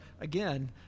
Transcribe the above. again